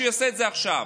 שיעשה את זה עכשיו.